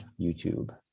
YouTube